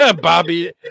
Bobby